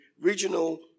regional